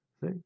See